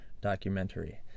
documentary